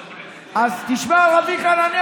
תשמע על רבי חנניה,